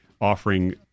offering